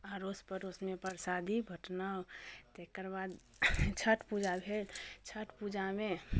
अड़ोस पड़ोसमे प्रसादी बटनहुँ तकर बाद छठ पूजा भेल छठ पूजामे